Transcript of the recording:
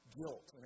guilt